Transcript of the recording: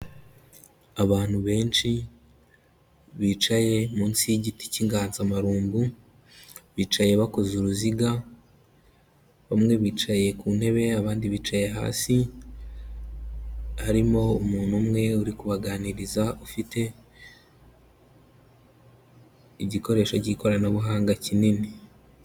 Abantu benshi bicaye munsi y'igiti cy'inganzamarumbu, bicaye bakoze uruziga, bamwe bicaye ku ntebe, abandi bicaye hasi, harimo umuntu umwe uri kubaganiriza ufite igikoresho cy'ikoranabuhanga kinini.